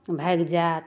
भागि जायत